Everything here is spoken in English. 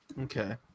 Okay